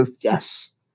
yes